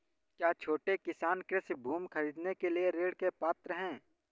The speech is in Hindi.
क्या छोटे किसान कृषि भूमि खरीदने के लिए ऋण के पात्र हैं?